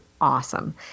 awesome